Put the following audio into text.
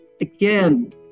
again